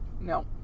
no